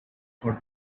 for